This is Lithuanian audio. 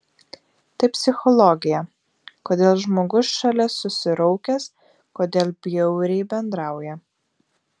tai psichologija kodėl žmogus šalia susiraukęs kodėl bjauriai bendrauja